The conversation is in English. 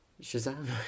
shazam